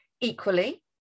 Equally